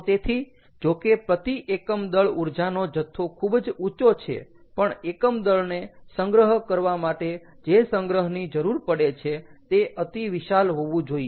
તો તેથી જો કે પ્રતિ એકમ દળ ઊર્જાનો જથ્થો ખુબ જ ઊંચો છે પણ એકમ દળને સંગ્રહ કરવા માટે જે સંગ્રહની જરૂર પડે છે તે અતિ વિશાલ હોવું જોઈએ